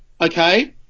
Okay